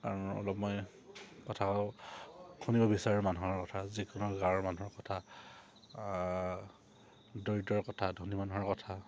আৰু অলপ মই কথা শুনিব বিচাৰোঁ মানুহৰ কথা যিকোনো গাঁৱৰ মানুহৰ কথা দৰিদ্ৰৰ কথা ধনী মানুহৰ কথা